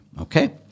Okay